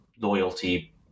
loyalty